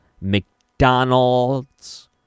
McDonald's